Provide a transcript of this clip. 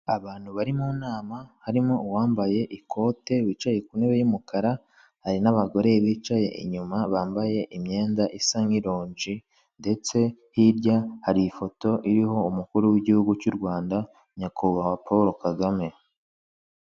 Abantu bari mu inama harimo uwambaye ikote wicaye ku intebe y'umukara, hari n'abagore bicaye inyuma bambaye imyenda isa nk'ironji ndetse hirya hari ifoto iriho umukuru w'igihugu cy'u Rwanda, Nyakubahwa Polo Kagame.